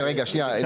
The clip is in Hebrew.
כן, רגע שנייה.